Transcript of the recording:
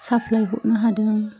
supply हरनो हादों